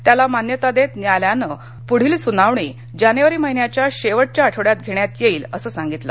त्याला मान्यता देत न्यायालयानं प्ढील सुनावणी जानेवारी महिन्याच्या शेवटच्या आठवड्यात घेण्यात येईल असं सांगितलं